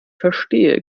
verstehe